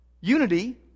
unity